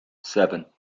seven